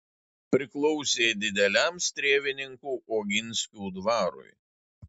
priklausė dideliam strėvininkų oginskių dvarui